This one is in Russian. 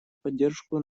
поддержку